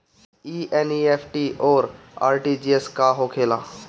ई एन.ई.एफ.टी और आर.टी.जी.एस का होखे ला?